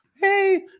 hey